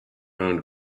owned